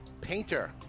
Painter